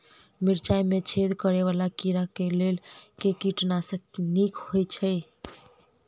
मिर्चाय मे छेद करै वला कीड़ा कऽ लेल केँ कीटनाशक नीक होइ छै?